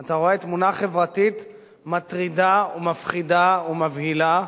אתה רואה תמונה חברתית מטרידה ומפחידה ומבהילה,